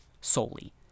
solely